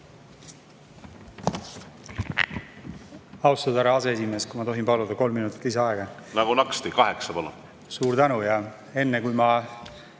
Austatud härra aseesimees, kui ma tohin paluda, kolm minutit lisaaega. Nagu naksti, kaheksa, palun! Suur tänu! Enne kui ma